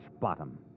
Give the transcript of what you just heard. bottom